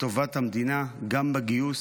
לטובת המדינה גם בגיוס,